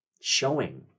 showing